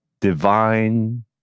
Divine